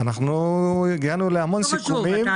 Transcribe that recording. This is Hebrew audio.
אנחנו הגענו להמון סיכומים.